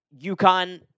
UConn